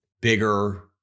bigger